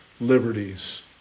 liberties